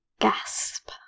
Gasp